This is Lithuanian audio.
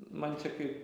man čia kaip